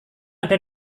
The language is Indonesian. ada